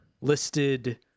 listed